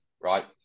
right